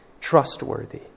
trustworthy